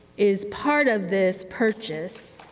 is part of this purchase